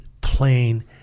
plain